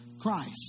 Christ